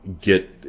get